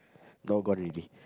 now gone already